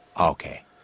Okay